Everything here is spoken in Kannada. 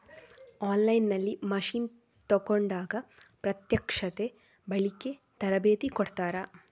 ಆನ್ ಲೈನ್ ನಲ್ಲಿ ಮಷೀನ್ ತೆಕೋಂಡಾಗ ಪ್ರತ್ಯಕ್ಷತೆ, ಬಳಿಕೆ, ತರಬೇತಿ ಕೊಡ್ತಾರ?